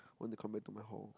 want to come back to my hall